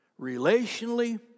relationally